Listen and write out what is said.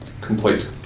complete